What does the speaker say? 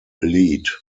lead